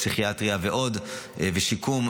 פסיכיאטריה ושיקום.